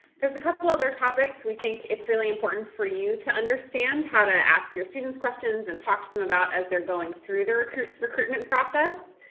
there's a couple other topics we think it's really important for you to understand how to ask your students questions and talk to them about as they're going through their current recruitment process.